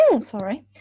Sorry